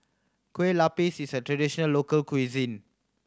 kue lupis is a traditional local cuisine